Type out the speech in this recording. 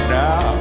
now